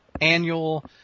Annual